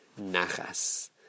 nachas